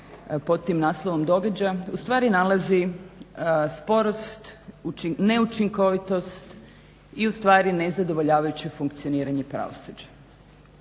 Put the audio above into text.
pod tim naslovom događa ustvari nalazi sporost, neučinkovitost i ustvari nezadovoljavajuće funkcioniranje pravosuđa.